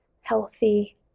healthy